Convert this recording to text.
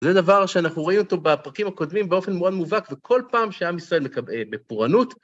וזה דבר שאנחנו ראינו אותו בפרקים הקודמים באופן מאוד מובהק וכל פעם שעם ישראל מקבל בפורענות.